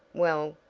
well,